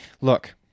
Look